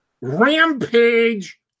Rampage